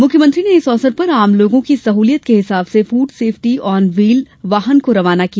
मुख्यमंत्री ने इस अवसर पर आम लोगों की सहूलियत के लिये श्फूड सेफ्टी ऑन व्हीलश वाहन को रवाना किया